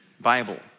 Bible